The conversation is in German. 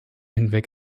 hinweg